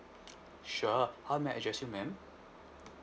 sure how may I address you madam